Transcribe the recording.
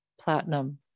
platinum